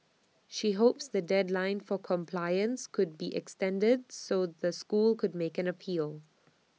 she hopes the deadline for compliance could be extended so the school could make an appeal